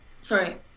Sorry